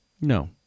No